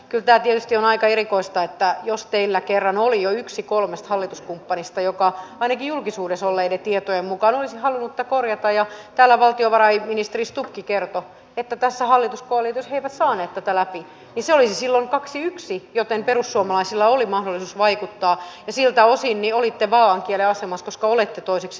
pitää tietysti on aika erikoista että jos teillä kerran oli jo yksi kolmesta hallituskumppanista joka vain julkisuudessa olleiden tietojen mukaan olisi halunnut korjata ja täällä valtiovarainministeri stuhki kertoo että tässä hallitus oli tosin eivät saaneet tätä läpi isä oli sillä kaksi yksi joten perussuomalaisilla oli mahdollisuus vaikuttaa siltä osin joitten vaa ankieliasema koska olette toiseksi